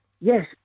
Yes